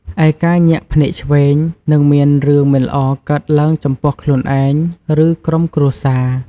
ឯ ការញាក់ភ្នែកឆ្វេង នឹងមានរឿងមិនល្អកើតឡើងចំពោះខ្លួនឯង ឬក្រុមគ្រួសារ។